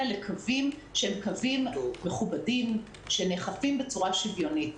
לקווים מכובדים שנאכפים בצורה שוויונית.